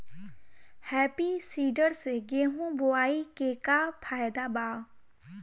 Happy seeder से गेहूं बोआई के का फायदा बा?